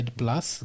plus